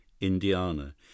Indiana